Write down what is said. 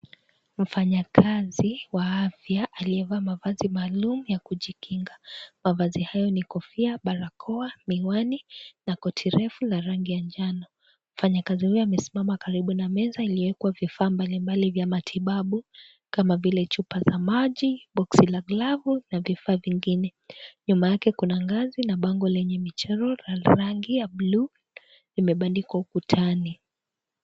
Mfanyikazi, wa afya, aliyevaa mavazi maalum ya kujikinga, mavazi hayo ni kofia, barakoa, miwani, na koti refu la rangi ya njano, mfanayakazi huyo wamesimama karibu nameza iliyowekwa vifaa mbali mbali vya matibabu, kama vile chupa la maji, boxi la glavu, na vifaa vingine, nyuma yake kuna ngazi a bango lenye michero ya rangi ya (cs)blue(cs), imebandikwa ukutani.